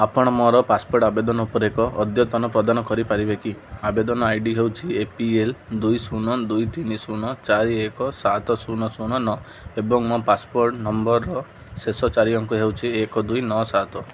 ଆପଣ ମୋର ପାସପୋର୍ଟ୍ ଆବେଦନ ଉପରେ ଏକ ଅଦ୍ୟତନ ପ୍ରଦାନ କରିପାରିବେ କି ଆବେଦନ ଆଇ ଡ଼ି ହେଉଛି ଏ ପି ଏଲ୍ ଦୁଇ ଶୂନ ଦୁଇ ତିନି ଶୂନ ଚାରି ଏକ ସାତ ଶୂନ ଶୂନ ନଅ ଏବଂ ମୋ ପାସପୋର୍ଟ୍ ନମ୍ବର୍ର ଶେଷ ଚାରି ଅଙ୍କ ହେଉଛି ଏକ ଦୁଇ ନଅ ସାତ